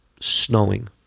snowing